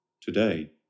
Today